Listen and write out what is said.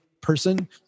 person